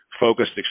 focused